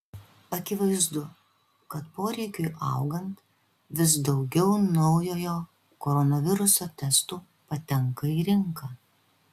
akivaizdu kad poreikiui augant vis daugiau naujojo koronaviruso testų patenka į rinką